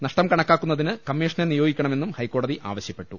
നഷ്ടം കണക്കാക്കുന്നതിന് കമ്മീഷനെ നിയോഗിക്കണമെന്നും ഹൈക്കോടതി ആവശ്യപ്പെ ട്ടു